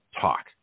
talk